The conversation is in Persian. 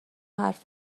حرف